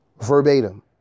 Verbatim